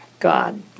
God